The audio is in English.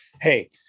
hey